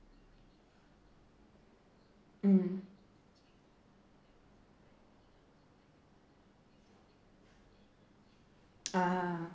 mm ah